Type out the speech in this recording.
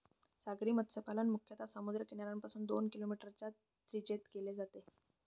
सागरी मत्स्यपालन मुख्यतः समुद्र किनाऱ्यापासून दोन किलोमीटरच्या त्रिज्येत केले जाते